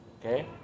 Okay